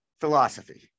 philosophy